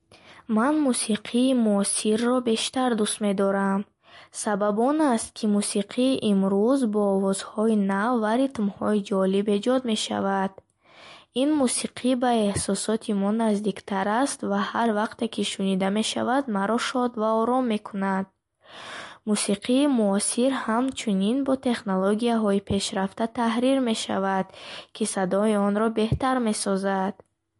Ман мусиқии муосирро бештар дӯст медорам. Сабаби он аст, ки мусиқии имрӯз бо овозҳои нав ва ритмҳои ҷолиб эҷод мешавад. Ин мусиқӣ ба эҳсосоти мо наздиктар аст ва ҳар вақте ки шунида мешавад, маро шод ва ором мекунад. Мусиқии муосир ҳамчунин бо технологияҳои пешрафта таҳрир мешавад, ки садои онро беҳтар месозад.